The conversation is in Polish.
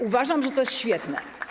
Uważam, że to jest świetne.